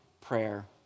prayer